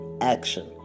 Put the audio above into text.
action